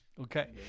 Okay